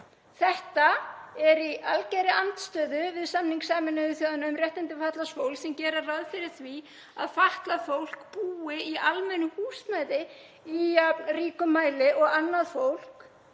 Þetta er í algerri andstöðu við samning Sameinuðu þjóðanna um réttindi fatlaðs fólks sem gerir ráð fyrir því að fatlað fólk búi í almennu húsnæði í jafn ríkum mæli og annað fólk